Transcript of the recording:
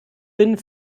bin